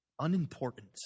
unimportant